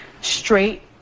straight